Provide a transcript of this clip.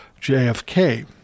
JFK